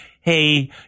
hey